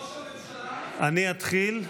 אני אתחיל.